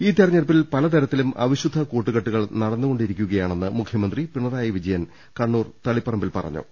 ഈ തെരഞ്ഞെടുപ്പിൽ പല ത്രത്തിലും അവിശുദ്ധ കൂട്ടുകെട്ടുകൾ നടന്നുകൊണ്ടിരിക്കുന്നതെന്ന് മുഖ്യമന്ത്രി പിണറായി വിജയൻ കണ്ണൂർ തളിപ്പറമ്പിൽ പറഞ്ഞു